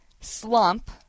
slump